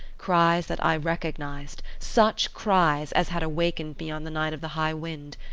cries that i recognised, such cries as had awakened me on the night of the high wind.